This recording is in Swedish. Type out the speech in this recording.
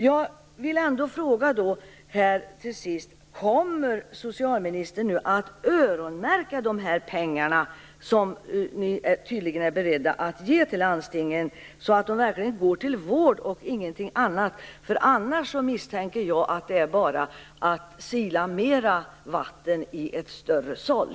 Jag vill ändå till sist fråga om socialministern kommer att öronmärka de pengar som regeringen tydligen är beredd att ge till landstingen, så att de verkligen går till vård och ingenting annat. Jag misstänker att det annars bara är att sila mer vatten i ett större såll.